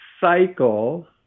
cycle